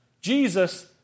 Jesus